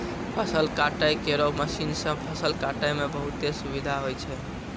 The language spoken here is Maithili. फसल काटै केरो मसीन सँ फसल काटै म बहुत सुबिधा होय छै